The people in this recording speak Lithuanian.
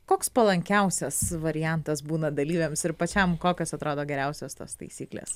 koks palankiausias variantas būna dalyviams ir pačiam kokios atrado geriausios tos taisyklės